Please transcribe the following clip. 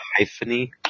hypheny